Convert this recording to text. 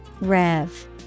rev